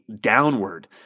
downward